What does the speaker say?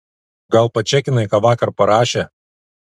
gal pačekinai ką vakar parašė